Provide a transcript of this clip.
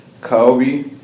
Kobe